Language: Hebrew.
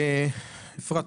אפרת,